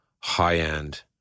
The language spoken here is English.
high-end